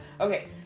Okay